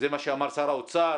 זה מה שאמר שר האוצר.